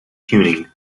tuning